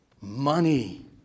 Money